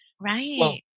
Right